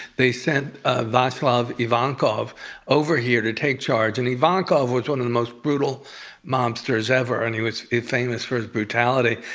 they sent ah vyacheslav lvankov over here to take charge, and ivankov was one of the most brutal mobsters ever, and he was famous for his brutality.